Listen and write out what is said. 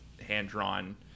hand-drawn